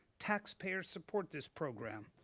taxpayers support this program.